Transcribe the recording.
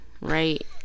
right